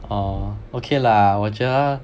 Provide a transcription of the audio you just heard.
orh okay lah 我觉得